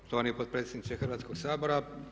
Poštovani potpredsjedniče Hrvatskoga sabora.